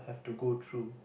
to go through